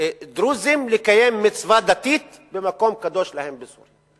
דרוזים לקיים מצווה דתית במקום קדוש להם בסוריה.